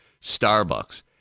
Starbucks